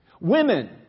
Women